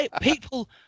people